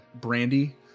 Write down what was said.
Brandy